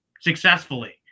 successfully